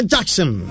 Jackson